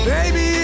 Baby